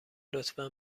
لطفا